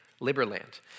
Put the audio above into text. Liberland